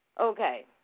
Okay